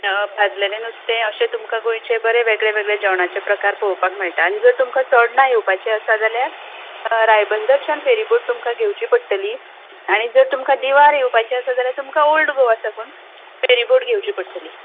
भाजलेले नुस्ते अशें तुमकां गोंयचे बरें वेग वेगळे जेवणाचे प्रकार पळोवपाक मेळटात आनी जर तर तुमकां चोडणा येवपाचें आसा जाल्यार रायबंदरच्यान फेरी घेवची पडटली आनी जर तर तुमकां दिवार येवपाचे आसा जाल्यार तुमकां ऑल्ड गोवा साकून फेरीबोट घेवची पडटली